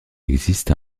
existe